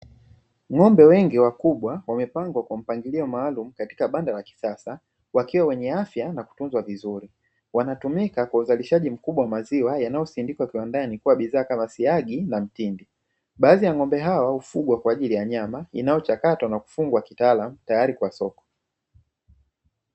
Ng'ombe wengi wakubwa wamepangwa kwa mpangilio maalumu katika banda la kisasa wakiwa wenye afya na kutunzwa vizuri wanatumika kwa uzalishaji mkubwa wa maziwa yanayosindikwa kiwandani kuwa bidhaa kama siagi na mtindi. Baadhi ya ng'ombe hawa hufugwa kwa ajili ya nyama inayochakatwa na kufungwa kitaalamu tayari kwa soko.